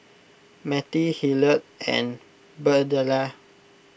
Mettie Hillard and Birdella